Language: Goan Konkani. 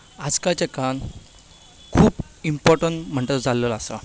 आज कालच्या काळांत खूब इंपोरटंट म्हणटा तो जाल्लो आसा